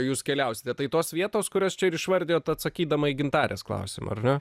jūs keliausite tai tos vietos kurias čia ir išvardijot atsakydama į gintarės klausimą ar ne